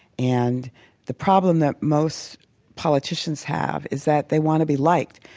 and the problem that most politicians have is that they want to be liked,